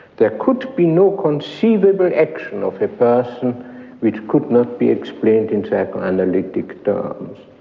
there could be no conceivable action of a person which could not be explained in psychoanalytic terms,